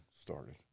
started